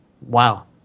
Wow